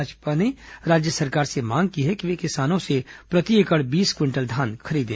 भाजपा ने राज्य सरकार से मांग की है कि वे किसानों से प्रति एकड़ बीस क्विंटल धान खरीदें